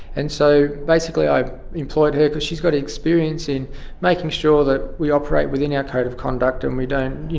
and so basically i employed her because she's got experience in making sure that we operate within our code of conduct and we don't, you